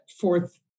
fourth